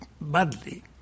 badly